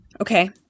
okay